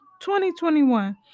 2021